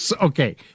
Okay